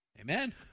Amen